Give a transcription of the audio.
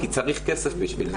כי צריך כסף בשביל זה.